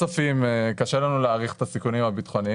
קשה לנו להעריך את הסיכונים הביטחוניים.